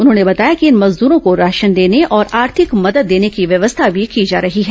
उन्होंने बताया कि इन मजदूरो को राशन देने और आर्थिक मदद देने की व्यवस्था भी की जा रही है